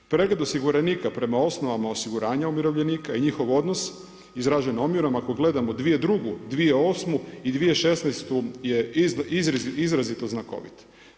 Pregled osiguranika prema osnovama osiguranja umirovljenika i njihov odnos izražen omjerom, ako gledamo 2002., 2008. i 2016. je izrazito znakovit.